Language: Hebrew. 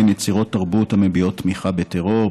יצירות תרבות המביעות תמיכה בטרור,